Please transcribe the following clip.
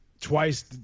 Twice